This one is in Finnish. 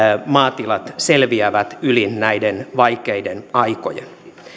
maatilat selviävät yli näiden vaikeiden aikojen